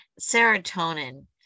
Serotonin